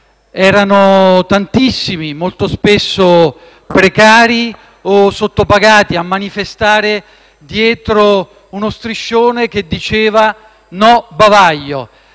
Erano tantissimi, molto spesso precari o sottopagati, a manifestare dietro uno striscione che diceva: «No bavaglio».